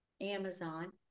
Amazon